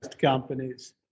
companies